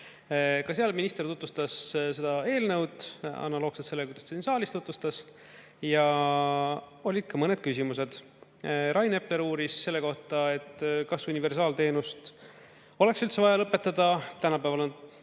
Kaldmaaga. Minister tutvustas seda eelnõu analoogselt sellega, kuidas ta siin saalis seda tutvustas, ja olid ka mõned küsimused. Rain Epler uuris selle kohta, kas universaalteenust on üldse vaja lõpetada, tänapäeval on